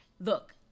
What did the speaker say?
look